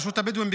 רשות הבדואים,